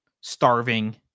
Starving